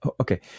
Okay